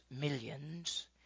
millions